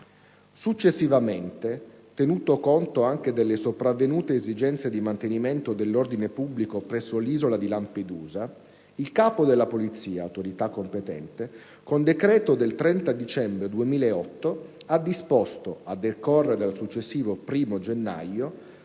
Successivamente, tenuto conto anche delle sopravvenute esigenze di mantenimento dell'ordine pubblico presso l'isola di Lampedusa, il Capo della Polizia, autorità competente, con decreto del 30 dicembre 2008, ha disposto, a decorrere dal successivo 1° gennaio,